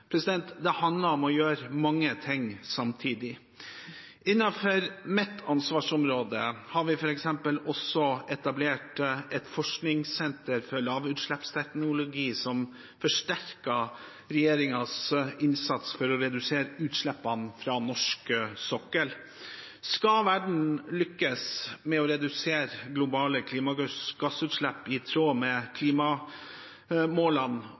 Det handler om å gjøre mange ting samtidig. Innenfor mitt ansvarsområde har vi f.eks. også etablert et forskningssenter for lavutslippsteknologi, som forsterker regjeringens innsats for å redusere utslippene fra norsk sokkel. Skal verden lykkes med å redusere globale klimagassutslipp i tråd med